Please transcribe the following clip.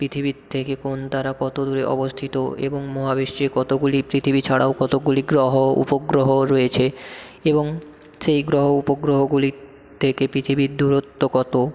পৃথিবীর থেকে কোন তারা কত দূরে অবস্থিত এবং মহাবিশ্বে কতগুলি পৃথিবী ছাড়াও কতকগুলি গ্রহ উপগ্রহও রয়েছে এবং সেই গ্রহ উপগ্রহগুলির থেকে পৃথিবীর দূরত্ব কত